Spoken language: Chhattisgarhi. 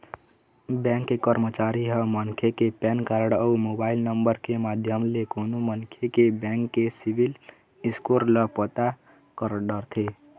बेंक के करमचारी ह मनखे के पेन कारड अउ मोबाईल नंबर के माध्यम ले कोनो मनखे के बेंक के सिविल स्कोर ल पता कर डरथे